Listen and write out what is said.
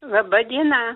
laba diena